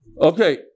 Okay